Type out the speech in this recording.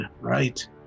right